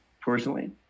Personally